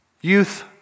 youth